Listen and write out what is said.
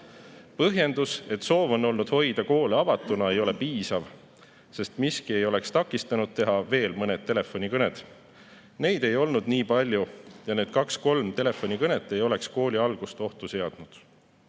Põhjendus, et soov on olnud hoida koolid avatuna, ei ole piisav, sest miski ei takistanud teha veel mõned telefonikõned. Neid ei oleks olnud nii palju ja need kaks-kolm telefonikõnet ei oleks kooli algust ohtu seadnud.